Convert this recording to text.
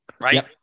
Right